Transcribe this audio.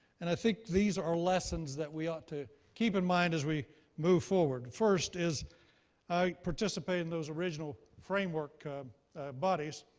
and i think these are lessons that we ought to keep in mind as we move forward. first is i participated in those original framework bodies.